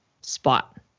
spot